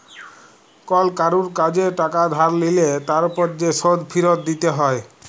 call কারুর কাজে টাকা ধার লিলে তার উপর যে শোধ ফিরত দিতে হ্যয়